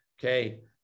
Okay